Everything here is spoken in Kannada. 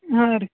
ಹಾಂ ರೀ